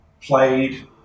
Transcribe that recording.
played